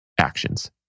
actions